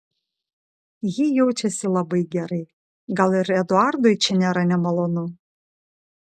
ji jaučiasi labai gerai gal ir eduardui čia nėra nemalonu